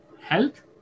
health